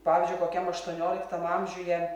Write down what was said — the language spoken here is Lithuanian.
pavyzdžiui kokiam aštuonioliktam amžiuje